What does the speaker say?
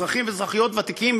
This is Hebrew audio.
אזרחים ואזרחיות ותיקים,